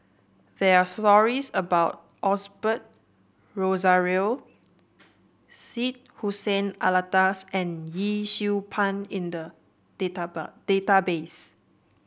there are stories about Osbert Rozario Syed Hussein Alatas and Yee Siew Pun in the database